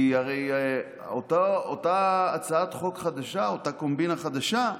כי הרי אותה הצעת חוק חדשה, אותה קומבינה חדשה,